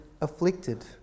afflicted